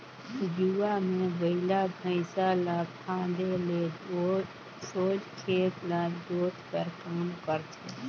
जुवा मे बइला भइसा ल फादे ले सोझ खेत ल जोत कर काम करथे